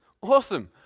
awesome